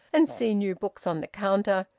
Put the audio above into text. and see new books on the counter,